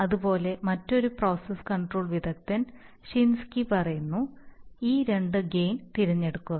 അതുപോലെ മറ്റ് ഒരു പ്രോസസ്സ് കൺട്രോൾ വിദഗ്ധൻ ഷിൻസ്കി പറയുന്നു ഈ രണ്ട് ഗെയിൻ തിരഞ്ഞെടുക്കുക